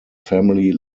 family